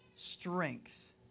Strength